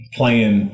Playing